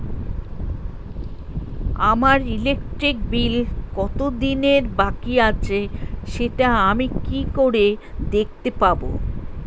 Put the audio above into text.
আমার electric bill কত দিনের বাকি আছে সেটা আমি কি করে দেখতে পাবো?